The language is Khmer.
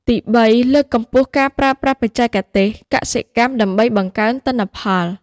ទីបី លើកកម្ពស់ការប្រើប្រាស់បច្ចេកទេសកសិកម្មដើម្បីបង្កើនទិន្នផល។